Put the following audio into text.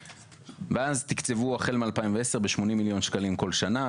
ואז תקצבו החל מ-2010 ב-80 מיליון שקלים כל שנה.